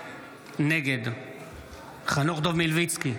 נגד חנוך דב מלביצקי,